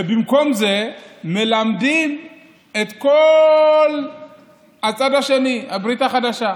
ובמקום זה מלמדים את כל הצד השני, הברית החדשה.